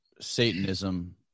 Satanism